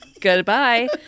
goodbye